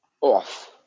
off